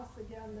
again